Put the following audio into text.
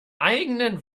eigenen